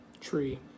tree